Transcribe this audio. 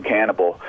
Cannibal